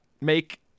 make